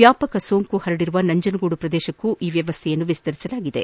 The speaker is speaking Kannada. ವ್ಕಾಪಕ ಸೋಂಕು ಪರಡಿರುವ ನಂಜನಗೂಡು ಪ್ರದೇಶಕ್ಕೂ ಈ ವ್ಕವಸ್ಥೆ ವಿಸ್ತರಿಸಲಾಗಿದೆ